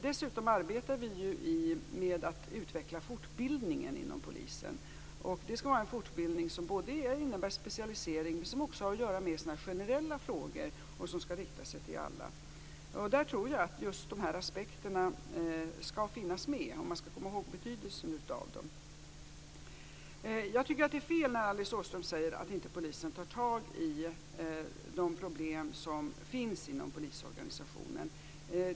Dessutom arbetar vi ju med att utveckla fortbildningen inom polisen. Det skall vara en fortbildning som innebär specialisering, men som också har att göra med sådana här generella frågor och som skall rikta sig till alla. Där tror jag att just de här aspekterna skall finnas med. Man skall komma ihåg betydelsen av dem. Jag tycker att det är fel när Alice Åström säger att inte polisen tar tag i de problem som finns inom polisorganisationen.